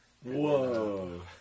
Whoa